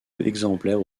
exemplaires